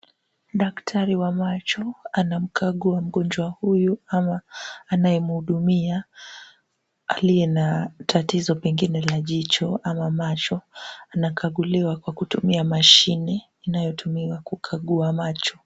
Daktari wa macho anamkagua mgonjwa huyu ama anayemhudumia aliye na tatizo pengine la jicho ama macho. Anakaguliwa kwa kutumia mashini inayotumiwa kukagua macho.